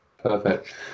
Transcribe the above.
Perfect